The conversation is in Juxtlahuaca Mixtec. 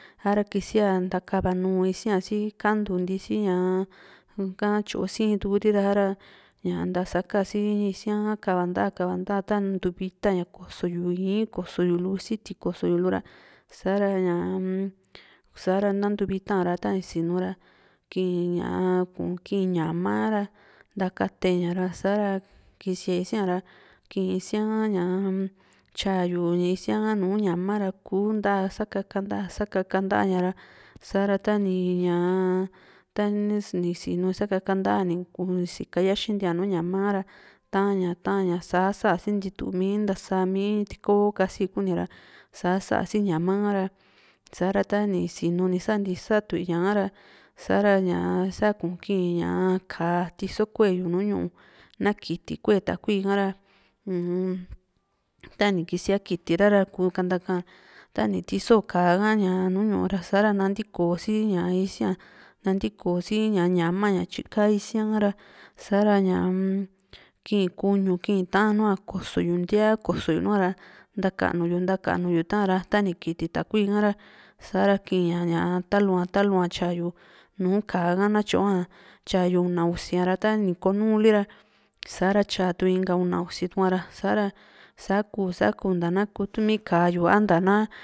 ha´ra kisia ntakava nuú sia si kantu ntisi ñaa ka tyoo sii´n tuuri sa´rab ñaa ntasaka si isía ha kava nta´a kava nta´a na ntuu vita ña koso yu ii´n, koso yu lu siti ra sa´ra ña sa´ra na ntuu vita ñara tani sinu ra kii ña ku´n kii´n yama ntakateña ra sa´ra kisia sia ra kii isíaa ha ñaa tyayu isia ha nùù ñama ra kuu nta sa´ka nta´a sa ka´ka nta´a ña era sa´ra tanii ñaa tani sinu ni sakaka nta´a ni si´ka yaxintia nùù ñama´a ra ta´ña ta´ña sa sáa si ntitumi ntasa mi tikoo kasi kuni ra sa saá si ñama ha ra sa´ra tani sinu ni saanti sa´tuu ña´hara sa kuki´n ñaa ka´a tiso kueyu nùù ñu´u na kiti kue takui ka ra uum tani kisia kitira ra kuu kantaka´a tani tiso ka´a ñaa nùù ñu´u ra sa´ra nantiko si isáa nanitiko si ñama ña tyi ka isia´ra sa´ra ñaa-m kii kuñu kii ta´an nùù a koso yu ntíaa koso yu nuá ntakanu yu ntakanu yu ta´a ra ta ni kiti takui ka ra sa´ra lkii ña ña ta´lua ta´lua tyayu nùù ka´a ha na tyoa tyayu una usi a´ra tani konuli ra sa´ra tyaa tuu una usi tuaa´ra sa´ra saku saku nta na kuti mi ka´a yu a nta na